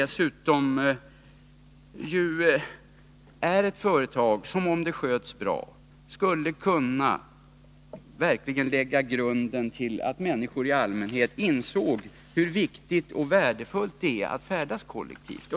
SJ är ett företag som, om det sköttes bra, skulle kunna lägga grunden till att människor i allmänhet insåg hur viktigt och värdefullt det är att färdas kollektivt.